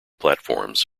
platforms